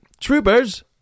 Troopers